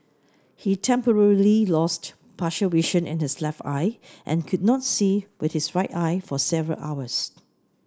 he temporarily lost partial vision in his left eye and could not see with his right eye for several hours